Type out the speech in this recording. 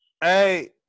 hey